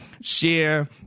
share